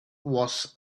was